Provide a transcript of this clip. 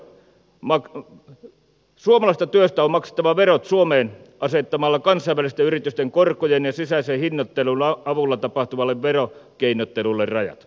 matka suomalaisten työtä on maksettava verot suomeen asettamalla kansainvälisten yritysten korkojen ja sisäisen hinnoittelun avulla tapahtuvalle verokeinottelulle rajat